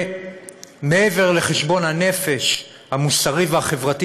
מעבר לחשבון הנפש המוסרי והחברתי,